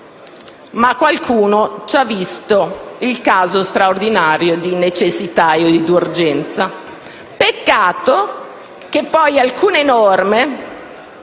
Ma qualcuno ci ha visto il caso straordinario di necessità e di urgenza. Peccato che poi alcune norme,